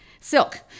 Silk